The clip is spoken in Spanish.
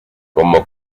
como